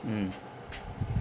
mm